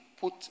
put